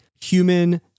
human